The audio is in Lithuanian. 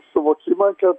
suvokimą kad